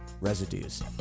residues